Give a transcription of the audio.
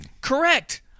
correct